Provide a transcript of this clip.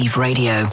Radio